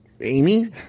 Amy